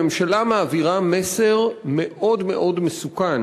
הממשלה מעבירה מסר מאוד מאוד מסוכן